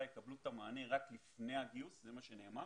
יקבלו את המענה רק לפני הגיוס זה מה שנאמר